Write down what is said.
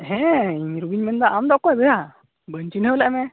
ᱦᱮᱸ ᱤᱧ ᱨᱩᱵᱤᱧ ᱢᱮᱱᱮᱫᱟ ᱟᱢ ᱫᱚ ᱚᱠᱚᱭ ᱭᱟ ᱵᱟᱹᱧ ᱪᱤᱱᱦᱟᱹᱣ ᱞᱮᱫ ᱢᱮ